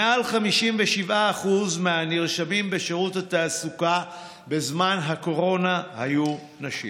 מעל 57% מהנרשמים בשירות התעסוקה בזמן הקורונה היו נשים.